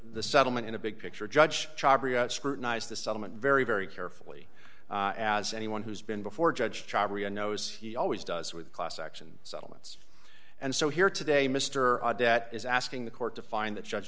the settlement in a big picture judge scrutinize this settlement very very carefully as anyone who's been before judge knows he always does with class action settlements and so here today mr debt is asking the court to find the judge